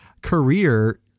career